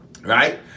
Right